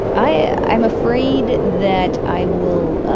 i'm afraid that i will